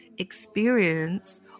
experience